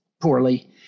poorly